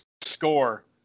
score